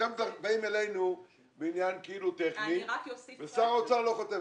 אתם באים אלינו בעניין כאילו טכני ושר האוצר לא חותם.